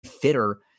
fitter